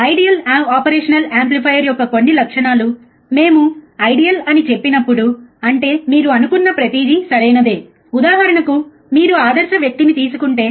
ideal operational amplifier యొక్క కొన్ని లక్షణాలు మేము ఐడియల్ అని చెప్పినప్పుడు అంటే మీరు అనుకున్న ప్రతిదీ సరైనదే ఉదాహరణకు మీరు ఆదర్శ వ్యక్తిని తీసుకుంటే